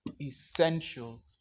essential